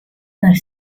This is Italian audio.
nel